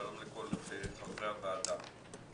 שלום לכל חברי הוועדה.